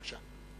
בבקשה.